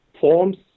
forms